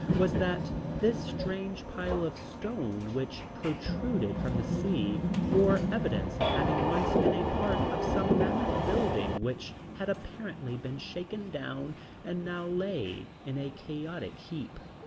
was that this strange pile of stone which protruded from the sea, bore evidence of having once been a part of some mammoth building which had apparently been shaken down and now lay in a chaotic heap.